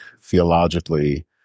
theologically